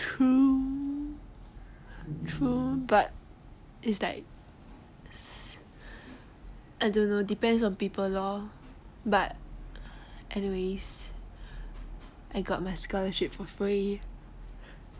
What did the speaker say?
true true but it's like I don't know depends on people lor but anyways I got my scholarship for free